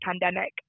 pandemic